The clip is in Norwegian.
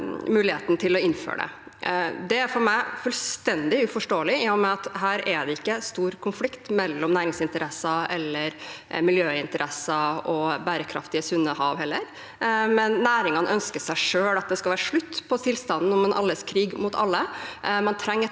til å innføre det. Det er for meg fullstendig uforståelig, i og med at det her ikke er stor konflikt mellom næringsinteresser, miljøinteresser og bærekraftige sunne hav heller. Næringene ønsket selv at det skal være slutt på tilstanden med alles krig mot alle. Man trenger et